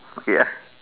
okay ya